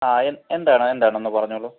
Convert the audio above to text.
ആ എന്താണ് എന്താണ് ഒന്ന് പറഞ്ഞോളൂ